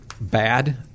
bad